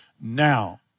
Now